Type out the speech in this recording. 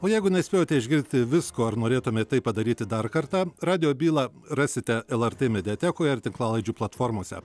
o jeigu nespėjote išgirsti visko ar norėtumėt tai padaryti dar kartą radijo bylą rasite lrt mediatekoje ir tinklalaidžių platformose